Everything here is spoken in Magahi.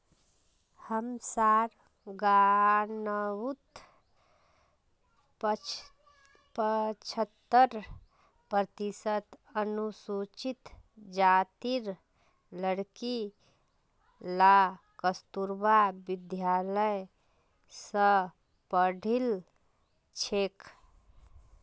हमसार गांउत पछहत्तर प्रतिशत अनुसूचित जातीर लड़कि ला कस्तूरबा विद्यालय स पढ़ील छेक